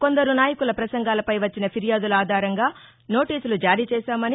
కొందరు నాయకుల ప్రసంగాలపై వచ్చిన ఫిర్యాదుల ఆధారంగా నోటీసులు జారీ చేశామని